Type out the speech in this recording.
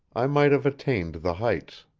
i might have attained the heights.